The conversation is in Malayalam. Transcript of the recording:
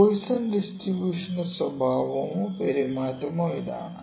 പോയിസൺ ഡിസ്ട്രിബൂഷന്റെ സ്വഭാവമോ പെരുമാറ്റമോ ഇതാണ്